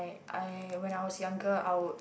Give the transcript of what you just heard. I when I was younger I would